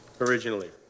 Originally